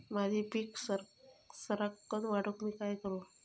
माझी पीक सराक्कन वाढूक मी काय करू?